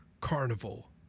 carnival